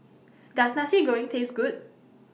Does Nasi Goreng Taste Good